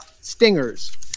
stingers